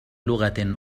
لغة